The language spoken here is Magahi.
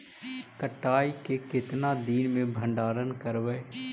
कटाई के कितना दिन मे भंडारन करबय?